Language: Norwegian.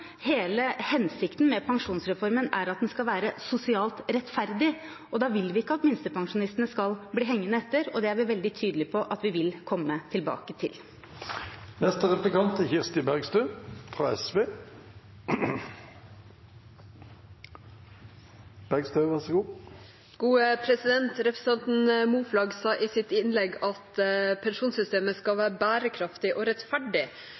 Hele hensikten med pensjonsreformen er at den skal være sosialt rettferdig, og da vil vi ikke at minstepensjonistene skal bli hengende etter. Det er vi veldig tydelig på at vi vil komme tilbake til. Representanten Moflag sa i sitt innlegg at pensjonssystemet skal være bærekraftig og rettferdig, men forslaget som regjeringen legger fram, og som behandles i dag, innebærer at